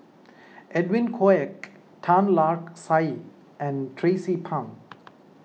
Edwin Koek Tan Lark Sye and Tracie Pang